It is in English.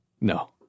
No